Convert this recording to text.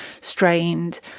strained